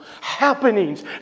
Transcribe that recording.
happenings